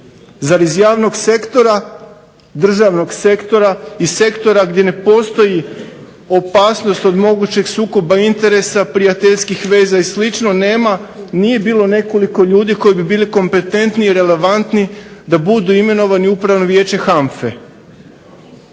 Zar iz javnog sektora, državnog sektora, i sektora gdje ne postoji opasnost od mogućih sukoba interesa prijateljskih veza i slično nema nije bilo nekoliko ljudi koji bi bili kompetentni i relevantni da budu imenovani u upravno vijeće HANFA-e.